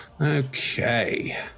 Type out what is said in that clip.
Okay